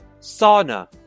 Sauna